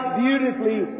beautifully